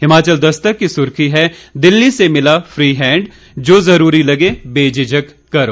हिमाचल दस्तक की सुर्खी है दिल्ली से मिला फी हैंड जो जरूरी लगे बेझिझक करो